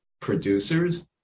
producers